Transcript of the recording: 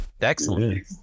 Excellent